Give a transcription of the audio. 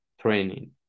training